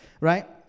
right